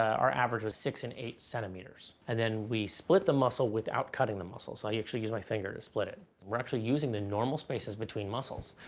our average was six and eight centimeters. and then we split the muscle without cutting the muscles. i actually use my finger to split it. and we're actually using the normal spaces between muscles.